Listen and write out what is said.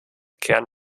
kern